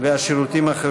אז אני מצטער,